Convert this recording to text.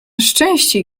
szczęście